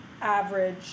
average